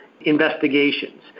investigations